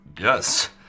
Yes